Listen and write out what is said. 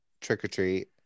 trick-or-treat